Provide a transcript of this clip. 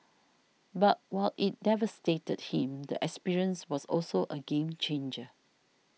but while it devastated him the experience was also a game changer